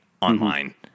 online